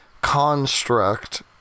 construct